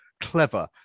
clever